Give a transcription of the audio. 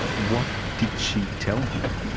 what did she tell him?